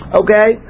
okay